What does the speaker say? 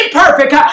perfect